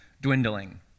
dwindling